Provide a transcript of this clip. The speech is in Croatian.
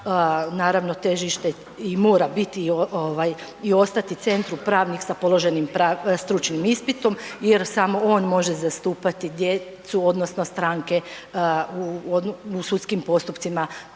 naravno težište i mora biti ovaj i ostati centru pravnih sa položenim stručnim ispitom jer samo on može zastupati djecu odnosno stranke u sudskim postupcima